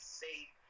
safe